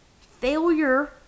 failure